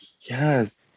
Yes